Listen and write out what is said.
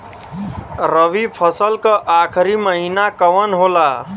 रवि फसल क आखरी महीना कवन होला?